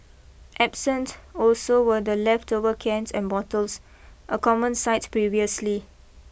absent also were the leftover cans and bottles a common sight previously